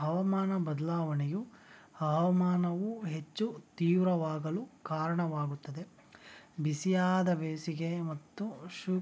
ಹವಾಮಾನ ಬದಲಾವಣೆಯು ಹವಾಮಾನವು ಹೆಚ್ಚು ತೀವ್ರವಾಗಲು ಕಾರಣವಾಗುತ್ತದೆ ಬಿಸಿಯಾದ ಬೇಸಿಗೆ ಮತ್ತು ಶು